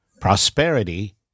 Prosperity